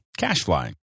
Cashfly